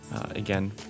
again